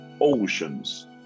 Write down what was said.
oceans